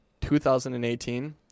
2018